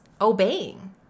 obeying